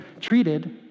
treated